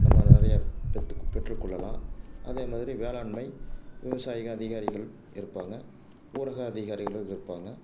நம்ம நிறையா பெத்து பெற்றுக்கொள்ளலாம் அதே மாதிரி வேளாண்மை விவசாயிகள் அதிகாரிகள் இருப்பாங்க ஊரக அதிகாரிகளும் இருப்பாங்க